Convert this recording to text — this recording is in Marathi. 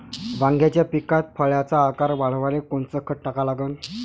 वांग्याच्या पिकात फळाचा आकार वाढवाले कोनचं खत टाका लागन?